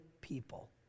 people